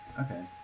Okay